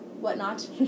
whatnot